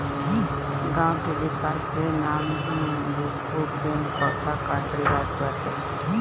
गांव के विकास के नाम पे भी खूब पेड़ पौधा काटल जात बाटे